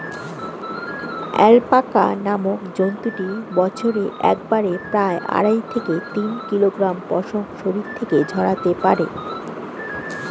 alpaca নামক জন্তুটি বছরে একবারে প্রায় আড়াই থেকে তিন কিলোগ্রাম পশম শরীর থেকে ঝরাতে পারে